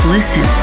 Listen